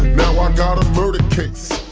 now i got a murder case